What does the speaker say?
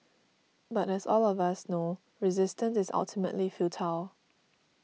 but as all of us know resistance is ultimately futile